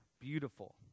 beautiful